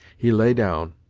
he lay down,